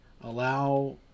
Allow